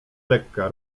lekka